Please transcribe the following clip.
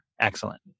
Excellent